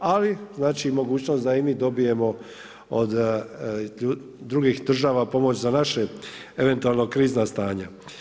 Ali i znači mogućnost da i mi dobijemo od drugih država pomoć za naše eventualno krizna stanja.